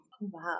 Wow